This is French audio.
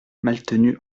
maltenu